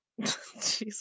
Jesus